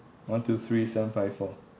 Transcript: one two three seven five four